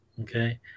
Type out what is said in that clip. Okay